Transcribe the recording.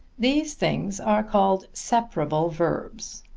these things are called separable verbs.